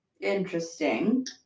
Interesting